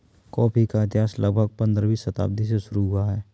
coffee का इतिहास लगभग पंद्रहवीं शताब्दी से शुरू हुआ है